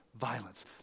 Violence